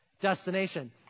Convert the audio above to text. destination